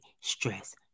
stress